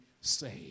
saved